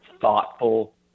thoughtful